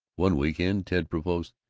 one week-end ted proposed,